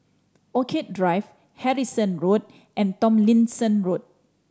Orchid Drive Harrison Road and Tomlinson Road